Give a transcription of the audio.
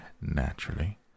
naturally